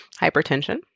hypertension